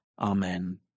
Amen